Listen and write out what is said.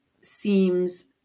seems